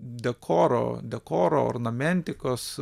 dekoro dekoro ornamentikos